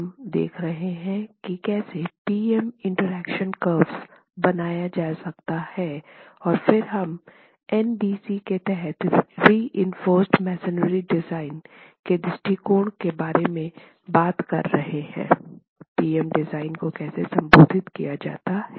हम देख रहे हैं कि कैसे पी एम इंटरेक्शन कर्व बनाया जा सकता है और फिर हम एनबीसी के तहत रिइंफोर्सड मसोनरी डिज़ाइन के दृष्टिकोण के बारे में बात कर रहे है पी एम डिज़ाइन को कैसे संबोधित किया जाता है